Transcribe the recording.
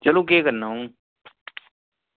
चलो केह् करना हून